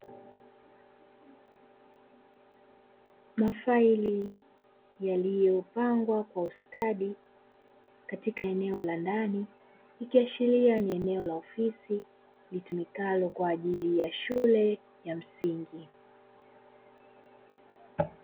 Mafaili yaliyopangwa kwa ustadi katika eneo la ndani ikishiria ni eneo la ofisi litumikalo kwa ajili ya shule ya msingi.